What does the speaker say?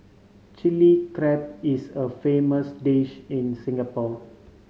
Chilli Crab is a famous dish in Singapore